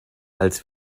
als